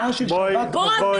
--- ראש השב"כ --- בועז,